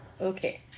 Okay